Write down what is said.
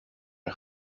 een